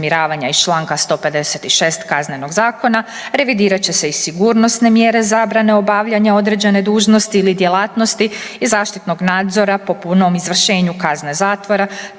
iz čl. 156 Kaznenog zakona, revidirat će se i sigurnosne mjere zabrane obavljanja određene dužnosti ili djelatnosti i zaštitnog nadzora po punom izvršenju kazne zatvora